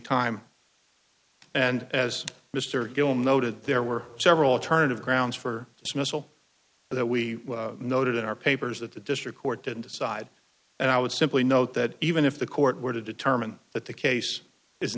time and as mr gill noted there were several alternatives grounds for dismissal that we noted in our papers that the district court didn't decide and i would simply note that even if the court were to determine that the case is